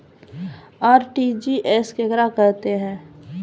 RTGS केकरा कहैत अछि?